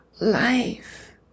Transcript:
life